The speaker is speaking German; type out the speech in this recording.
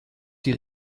die